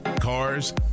cars